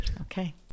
Okay